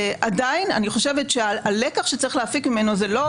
עדיין אני חושבת שהלקח שצריך להפיק ממנו זה לא